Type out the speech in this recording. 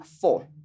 Four